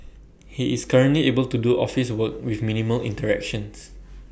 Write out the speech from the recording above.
he is currently able to do office work with minimal interactions